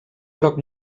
groc